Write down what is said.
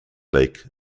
lake